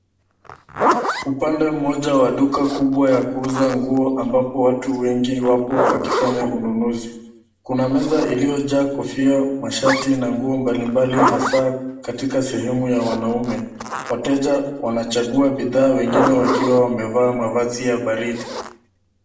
Upande moja wa duka kubwa ya kuuza nguo ambapo watu wengi wapo wakifanya ununuzi . Kuna meza iliyojaa kofia , mashati na nguo mbali mbali hasaa katika sehemu ya wanaume . Wateja wanachagua bidhaa wengine wakiwa wamevaa mavazi ya baridi.